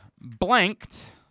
blanked